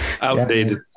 Outdated